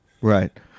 right